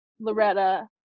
Loretta